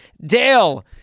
Dale